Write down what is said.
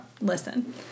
listen